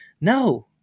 No